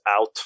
out